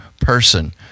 person